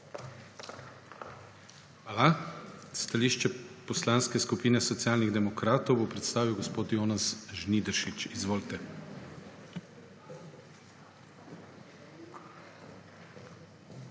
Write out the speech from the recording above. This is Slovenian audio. Hvala. Stališče Poslanske skupine Socialnih demokratov bo predstavil gospod Jonas Žnidaršič. Izvolite.